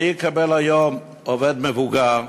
מי יקבל היום עובד מבוגר?